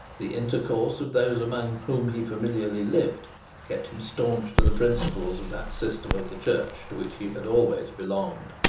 the intercourse of those among whom he familiarly lived kept him staunch to the principles of that system of the church to which he had always belonged.